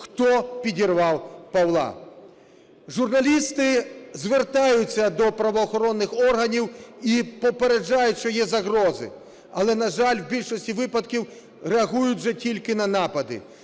хто підірвав Павла. Журналісти звертаються до правоохоронних органів і попереджають, що є загрози. Але, на жаль, в більшості випадків реагують вже тільки на напади.